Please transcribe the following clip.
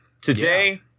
today